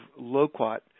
loquat